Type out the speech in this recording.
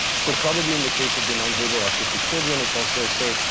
so probably in the case of the nonverbal autistic children, it's also say,